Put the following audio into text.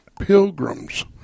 pilgrims